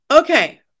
Okay